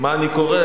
מה אתה קורא?